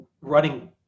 running